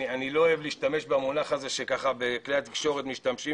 אני לא אוהב להשתמש במונח הזה שמשתמשים בו בכלי התקשורת,